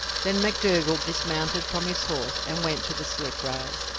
then mcdougall dismounted from his horse and went to the slip-rails,